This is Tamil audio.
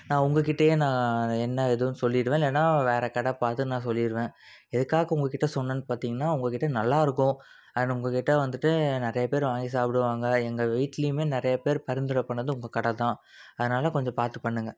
நான் உங்கள்கிட்டையே நான் என்ன ஏதுனு சொல்லிடுவேன் இல்லைனா வேறு கடை பார்த்து நான் சொல்லிடுவேன் எதுக்காக உங்கள்கிட்ட சொன்னேன்னு பார்த்திங்கனா உங்கள்கிட்ட நல்லாயிருக்கும் அண்ட் உங்கள்கிட்ட வந்துட்டு நிறைய பேர் வாங்கி சாப்பிடுவாங்க எங்கள் வீட்லையுமே நிறைய பேர் பரிந்துரை பண்ணிணது உங்கள் கடை தான் அதனாலே கொஞ்சம் பார்த்து பண்ணுங்க